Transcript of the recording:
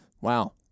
Wow